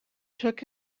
took